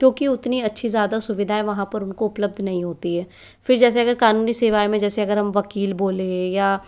क्योंकि उतनी अच्छी ज्यादा सुविधाएँ वहाँ पर उनको उपलब्ध नहीं होती है फिर जैसे अगर कानूनी सेवाएँ में जैसे अगर हम वकील बोले या